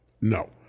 No